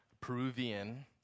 Peruvian